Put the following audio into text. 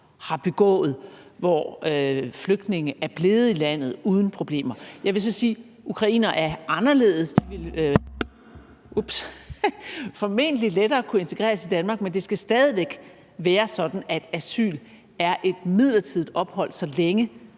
har begået, hvor flygtninge er blevet i landet uden problemer. Jeg vil så sige, at ukrainere er anderledes, de vil formentlig lettere kunne integreres i Danmark, men det skal stadig væk være sådan, at asyl er et midlertidigt ophold, så længe